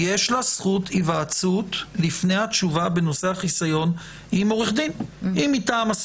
יש לה זכות היוועצות עם עורך דין לפני התשובה בנושא החיסיון.